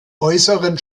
äußeren